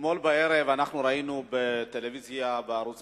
אתמול בערב ראינו בערוץ-1